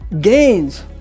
gains